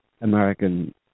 American